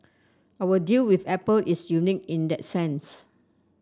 our deal with Apple is unique in that sense